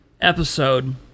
episode